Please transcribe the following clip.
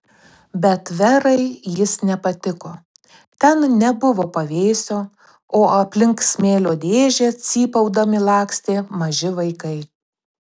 bet verai jis nepatiko ten nebuvo pavėsio o aplink smėlio dėžę cypaudami lakstė maži vaikai